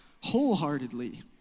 wholeheartedly